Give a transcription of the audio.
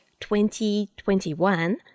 2021